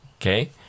okay